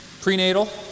prenatal